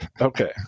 okay